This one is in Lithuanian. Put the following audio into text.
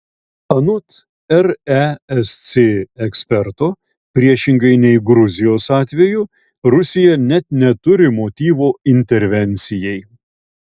anot resc eksperto priešingai nei gruzijos atveju rusija net neturi motyvo intervencijai